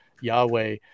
Yahweh